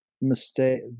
mistake